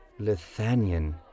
Lithanian